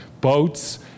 boats